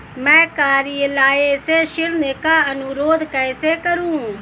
मैं कार्यालय से ऋण का अनुरोध कैसे करूँ?